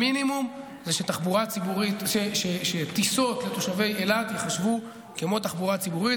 המינימום הוא שטיסות לתושבי אילת ייחשבו כמו תחבורה ציבורית